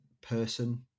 person